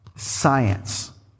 Science